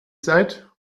seid